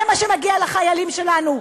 זה מה שמגיע לחיילים שלנו?